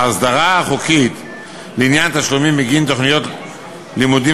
ההסדרה החוקית לעניין תשלומים בגין תוכניות לימודים